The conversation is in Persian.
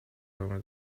دامه